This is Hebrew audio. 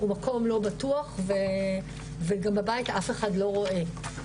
הוא מקום לא בטוח וגם בבית אף אחד לא רואה.